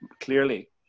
clearly